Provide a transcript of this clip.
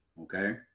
okay